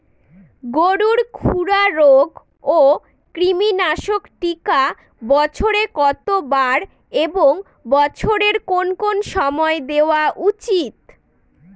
গরুর খুরা রোগ ও কৃমিনাশক টিকা বছরে কতবার এবং বছরের কোন কোন সময় দেওয়া উচিৎ?